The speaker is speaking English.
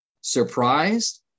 surprised